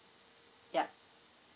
yup